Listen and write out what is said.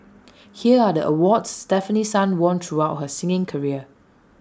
here are the awards Stefanie sun won throughout her singing career